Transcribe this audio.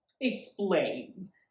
Explain